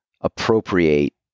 appropriate